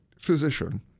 physician